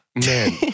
Man